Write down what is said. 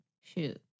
Shoot